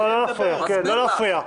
לא לא, לא להפריע.